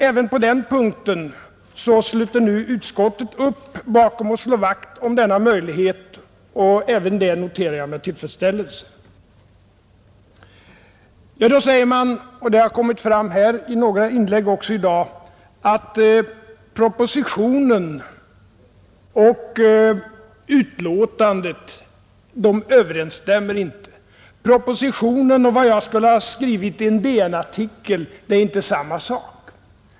Även på denna punkt sluter nu utskottet upp kring propositionens förslag och slår vakt om den här möjligheten, och även det noterar jag med tillfredsställelse. Men man säger också — det har kommit fram i några inlägg även i dag — att propositionen och utlåtandet inte överensstämmer. Vad som står i propositionen skulle inte vara detsamma som vad jag skrivit i en DN-artikel.